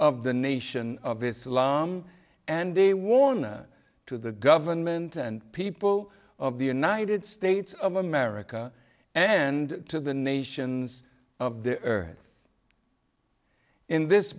of the nation of islam and they warn to the government and people of the united states of america and to the nations of the earth in this